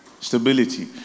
Stability